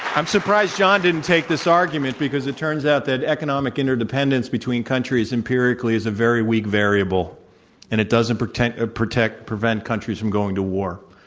i'm surprised john didn't take this argument because it turns out that economic interdependence between countries empirically is a very weak variable and it doesn't protect, ah prevent countries from going to war.